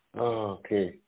Okay